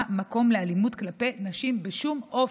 מקום לאלימות כלפי נשים בשום אופן.